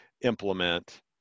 implement